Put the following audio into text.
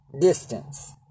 distance